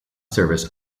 service